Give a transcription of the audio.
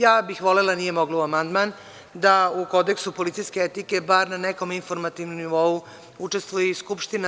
Ja bih volela, nije moglo u amandman, da u kodeksu policijske etike bar na nekom informativnom nivou učestvuje i Skupština.